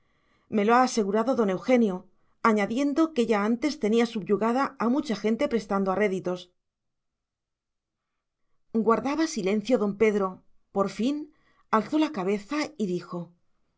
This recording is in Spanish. me lo ha asegurado don eugenio añadiendo que ya antes tenía subyugada a mucha gente prestando a réditos guardaba silencio don pedro por fin alzó la cabeza y dijo